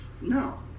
No